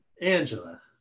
Angela